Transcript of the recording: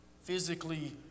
physically